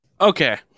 okay